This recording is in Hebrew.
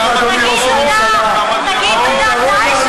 תגיד תודה.